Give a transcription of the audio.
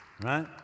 right